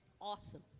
Awesome